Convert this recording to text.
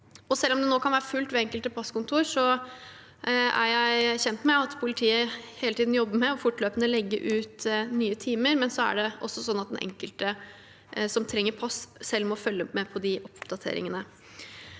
Selv om det nå kan være fullt ved enkelte passkontorer, er jeg kjent med at politiet hele tiden jobber med å legge ut nye timer fortløpende. Det er også sånn at den enkelte som trenger pass, selv må følge med på oppdateringene.